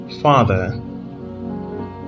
father